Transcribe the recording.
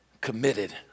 committed